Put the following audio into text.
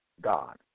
God